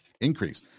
increase